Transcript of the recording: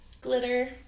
glitter